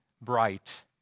bright